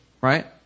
Right